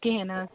کِہیٖنٛۍ نہٕ حظ